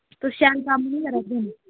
तुस शैल कम्म निं करा दे हैन